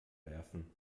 werfen